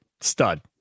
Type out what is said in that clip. stud